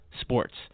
sports